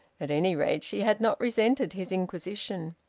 at any rate she had not resented his inquisition.